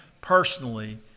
personally